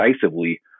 decisively